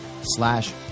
slash